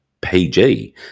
PG